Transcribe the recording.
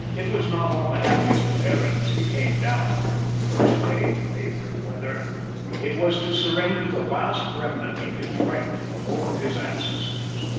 it was not on the happiest of errands he came down on the first day of favouring weather it was to surrender the last remnant of his right to the home of his ancestors.